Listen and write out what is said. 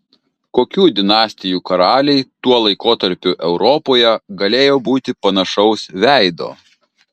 kokių dinastijų karaliai tuo laikotarpiu europoje galėjo būti panašaus veido